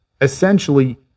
Essentially